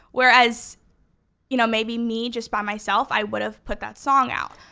whereas you know maybe me just by myself, i would've put that song out.